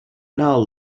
now